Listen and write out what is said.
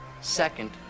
Second